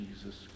Jesus